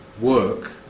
work